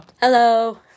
hello